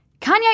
Kanye